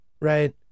right